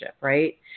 right